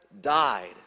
died